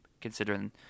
considering